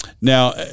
Now